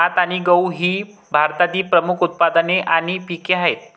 भात आणि गहू ही भारतातील प्रमुख उत्पादने आणि पिके आहेत